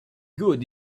good